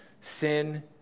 Sin